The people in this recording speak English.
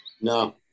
No